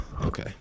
Okay